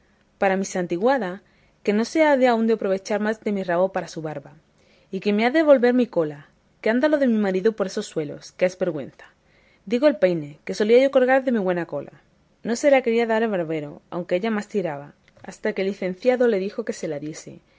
para mi santiguada que no se ha aún de aprovechar más de mi rabo para su barba y que me ha de volver mi cola que anda lo de mi marido por esos suelos que es vergüenza digo el peine que solía yo colgar de mi buena cola no se la quería dar el barbero aunque ella más tiraba hasta que el licenciado le dijo que se la diese